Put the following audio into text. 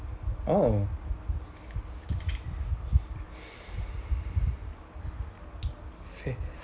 oh